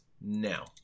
now